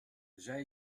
zij